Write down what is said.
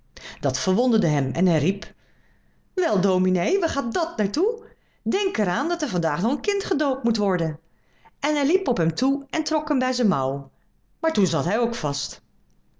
dat verwonderde hem en hij riep wel dominee waar gaat dàt naar toe denk er aan dat er van daag nog een kind gedoopt moet en hij liep op hem toe en trok hem bij zijn mouw maar toen zat hij ook vast